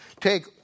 take